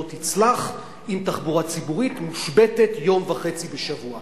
לא תצלח אם תחבורה ציבורית מושבתת יום וחצי בשבוע.